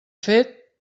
fet